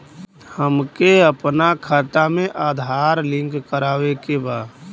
हमके अपना खाता में आधार लिंक करावे के बा?